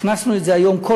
הכנסנו את זה היום,